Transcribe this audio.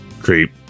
creep